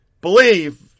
believe